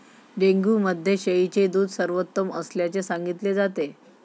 dengue मध्ये शेळीचे दूध सर्वोत्तम असल्याचे सांगितले जाते